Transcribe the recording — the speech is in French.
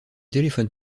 téléphone